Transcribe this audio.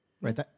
Right